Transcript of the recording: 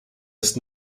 ist